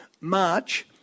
march